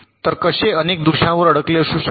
तर कसे अनेक दोषांवर अडकलेले असू शकतात